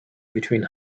between